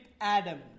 Adam